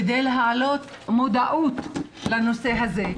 כדי להעלות מודעות לנושא הזה,